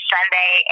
Sunday